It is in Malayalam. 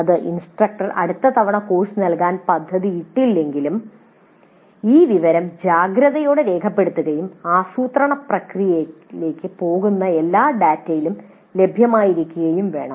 അതേ ഇൻസ്ട്രക്ടർ അടുത്ത തവണ കോഴ്സ് നൽകാൻ പദ്ധതിയിട്ടിട്ടില്ലെങ്കിലും ഈ വിവരങ്ങൾ ജാഗ്രതയോടെ രേഖപ്പെടുത്തുകയും ആസൂത്രണ പ്രക്രിയയിലേക്ക് പോകുന്ന എല്ലാ ഡാറ്റയും ലഭ്യമായിരിക്കുകയും വേണം